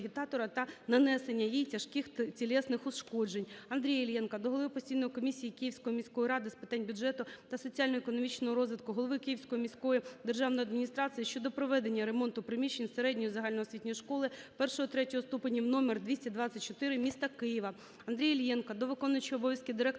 Андрія Іллєнка до виконуючого обов'язки директора